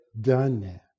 done